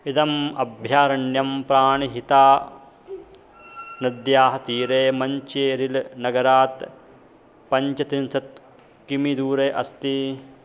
इदम् अभयारण्यं प्राणिहिता नद्याः तीरे मञ्चेरिलनगरात् पञ्चत्रिंशत् किमिदूरे अस्ति